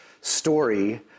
story